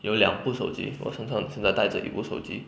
有两部手机我身上带着一个手机